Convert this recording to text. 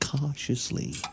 cautiously